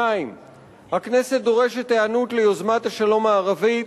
2. הכנסת דורשת היענות ליוזמת השלום הערבית,